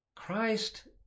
Christ